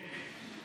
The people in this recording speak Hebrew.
כן, כן.